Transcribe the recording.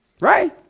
right